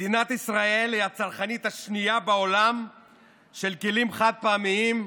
מדינת ישראל היא הצרכנית השנייה בעולם של כלים חד-פעמיים לנפש.